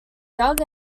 doug